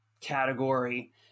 category